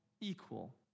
equal